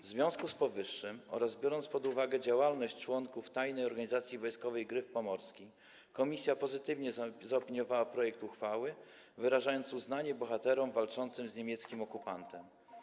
W związku z powyższym oraz biorąc pod uwagę działalność członków Tajnej Organizacji Wojskowej „Gryf Pomorski”, komisja pozytywnie zaopiniowała projekt uchwały, wyrażając uznanie dla bohaterów walczących z niemieckim okupantem.